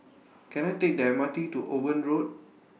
Can I Take The M R T to Owen Road